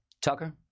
Tucker